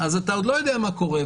אתה עוד לא יודע מה קורה,